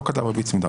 לא כתב ריבית צמודה,